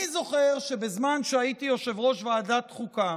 אני זוכר שבזמן שהייתי יושב-ראש ועדת החוקה